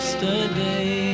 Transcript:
Yesterday